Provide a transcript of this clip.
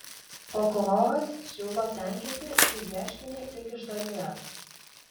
prokuroras siūlo tenkinti šį ieškinį tik iš dalies